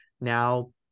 now –